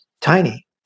tiny